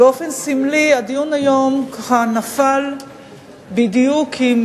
באופן סמלי הדיון היום ככה נפל בדיוק עם